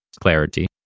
clarity